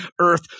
Earth